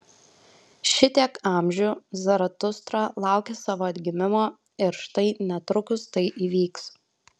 šitiek amžių zaratustra laukė savo atgimimo ir štai netrukus tai įvyks